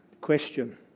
Question